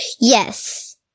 Yes